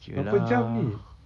berapa jam ni